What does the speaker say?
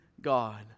God